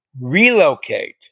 relocate